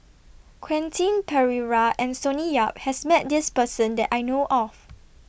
Quentin Pereira and Sonny Yap has Met This Person that I know of